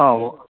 ꯑꯧ